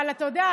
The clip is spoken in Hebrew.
אבל אתה יודע,